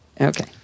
Okay